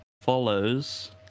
follows